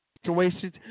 situations